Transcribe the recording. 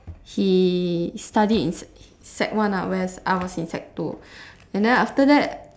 he studied in sec sec one lah whereas I was in sec two and then after that